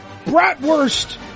bratwurst